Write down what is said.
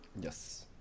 Yes